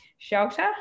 shelter